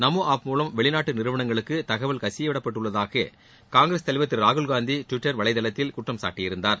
நமோ app மூலம் வெளிநாட்டு நிறுவனங்களுக்கு தகவல் கசியவிடப்பட்டுள்ளதாக காங்கிரஸ் தலைவர் திரு ராகுல்காந்தி டுவிட்டர் வலைதளத்தில் குற்றம் சாட்டியிருந்தார்